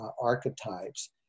archetypes